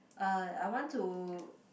uh I want to